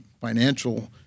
financial